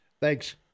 Thanks